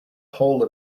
whole